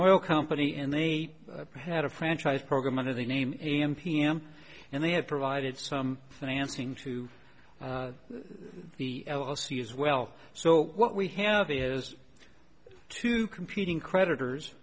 oil company and they had a franchise program under the name am pm and they had provided some financing to the l l c as well so what we have is two competing creditors